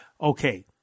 Okay